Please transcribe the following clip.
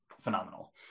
phenomenal